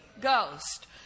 Ghost